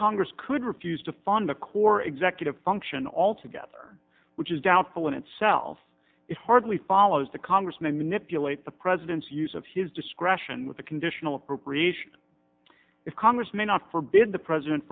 congress could refuse to fund a core executive function altogether which is doubtful in itself it hardly follows the congressman manipulate the president's use of his discretion with a conditional appropriation if congress may not forbid the president